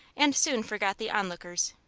and soon forgot the onlookers,